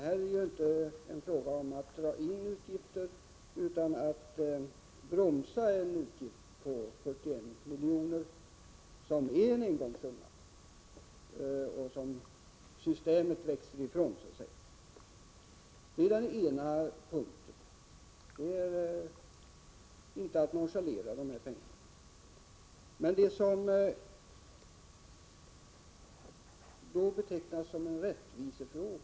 Här är det ju inte fråga om att dra in på utgifter utan om att bromsa en utgift på 41 milj.kr., vilket är en engångssumma och som systemet så att säga växer ifrån. Dessa pengar är inte att nonchalera. Det här har betecknats som en rättvisefråga.